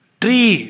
tree